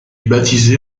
baptisé